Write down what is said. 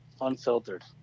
unfiltered